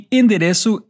endereço